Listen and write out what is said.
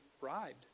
bribed